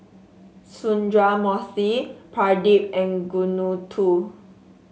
Sundramoorthy Pradip and